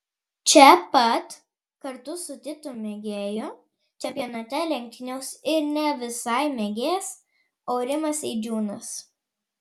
čia pat kartu su titu mėgėjų čempionate lenktyniaus ir ne visai mėgėjas aurimas eidžiūnas